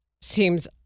seems